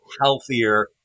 healthier